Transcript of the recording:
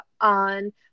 on